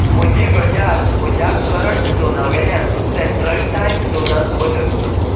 म्हजी घडयाळ म्हज्या करंट झोनावेल्यान सँट्रल टायम झोनांत बदल